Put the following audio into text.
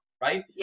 right